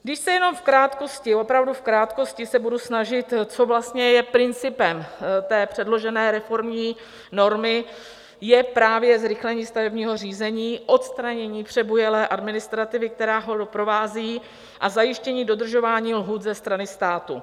Když se jenom v krátkosti, opravdu v krátkosti budu snažit, co vlastně je principem předložené reformní normy, je právě zrychlení stavebního řízení, odstranění přebujelé administrativy, která ho doprovází, a zajištění dodržování lhůt ze strany státu.